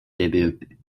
debut